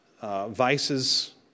vices